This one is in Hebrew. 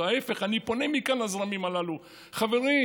להפך, אני פונה מכאן לזרמים הללו: חברים,